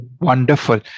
Wonderful